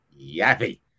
yappy